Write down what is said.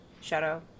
shadow